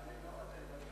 אדוני היושב-ראש,